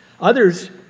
Others